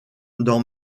dans